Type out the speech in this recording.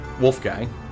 Wolfgang